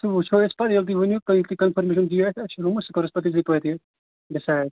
سُہ وُچھَو أسۍ پَتہٕ ییٚلہِ تُہۍ ؤنِو ییٚلہِ تُہۍ کَنفٔرمیشَن دِیِو اَسہِ اَسہِ چھُ روٗم أسۍ کَرو پَتہٕ ییٚتہِ ڈِسایِڈ